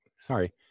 sorry